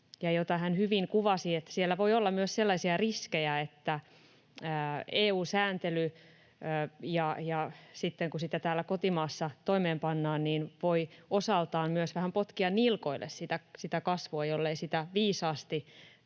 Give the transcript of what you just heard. Hän hyvin kuvasi, että siellä voi olla myös sellaisia riskejä, että EU-sääntely, kun sitä täällä kotimaassa toimeenpannaan, voi osaltaan myös vähän potkia nilkoille sitä kasvua, jollei sitä viisaasti